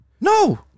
No